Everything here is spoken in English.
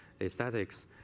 Aesthetics